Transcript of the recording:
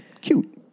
cute